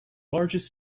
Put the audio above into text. largest